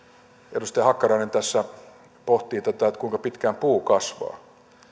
edustaja hakkarainen tässä pohti tätä kuinka pitkään puu kasvaa